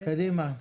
כן, קדימה.